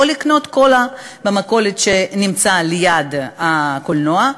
או לקנות קולה במכולת שנמצאת ליד הקולנוע?